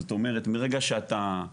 זאת אומרת ברגע שאתה,